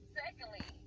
secondly